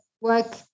work